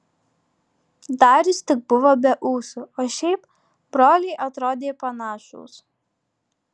darius tik buvo be ūsų o šiaip broliai atrodė panašūs